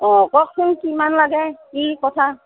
অঁ কওকচোন কিমান লাগে কি কথা